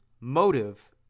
motive